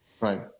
Right